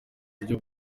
buryo